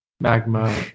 Magma